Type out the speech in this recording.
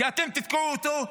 כי אתם תתקעו אותו,